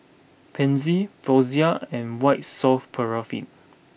Pansy Floxia and White Soft Paraffin